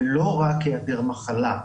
ולא רק העדר מחלה.